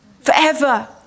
forever